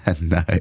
No